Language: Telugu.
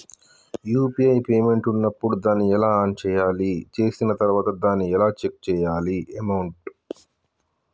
యూ.పీ.ఐ పేమెంట్ ఉన్నప్పుడు దాన్ని ఎలా ఆన్ చేయాలి? చేసిన తర్వాత దాన్ని ఎలా చెక్ చేయాలి అమౌంట్?